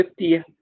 50